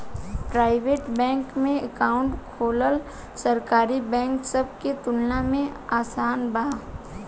private bank में account खोलल सरकारी बैंक सब के तुलना में आसान बा